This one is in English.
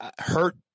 hurt